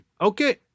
Okay